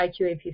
IQAP